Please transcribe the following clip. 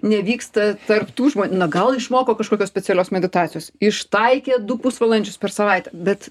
nevyksta tarp tų žmonių na gal išmoko kažkokios specialios meditacijos ištaikė du pusvalandžius per savaitę bet